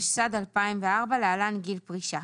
התשס"ד-2004 (להלן גיל פרישה).